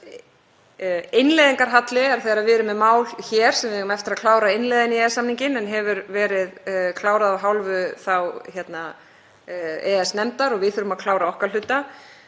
Innleiðingarhalli er þegar við erum með mál sem við eigum eftir að klára að innleiða í EES-samninginn en hefur verið klárað af hálfu EES-nefndar og við þurfum að klára okkar hluta.